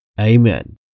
Amen